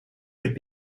could